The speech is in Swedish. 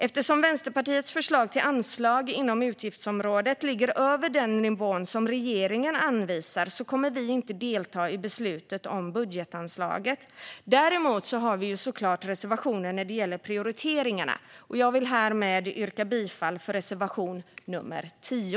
Eftersom Vänsterpartiets förslag till anslag inom utgiftsområdet ligger över den nivå som regeringen anvisar kommer vi inte att delta i beslutet om budgetanslaget. Däremot har vi såklart reservationer när det gäller prioriteringarna. Jag vill härmed yrka bifall till reservation nr 10.